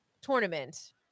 tournament